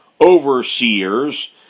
overseers